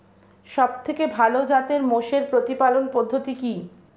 সবথেকে ভালো জাতের মোষের প্রতিপালন পদ্ধতি কি?